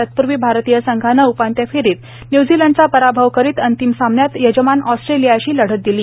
तत्पूर्वी भारतीय संघानं उपांत्य फेरीत न्यूझीलंडचा पराभव करत अंतिम सामन्यात यजमान ऑस्ट्रेलियाशी लढत दिली